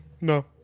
No